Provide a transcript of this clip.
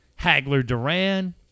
Hagler-Duran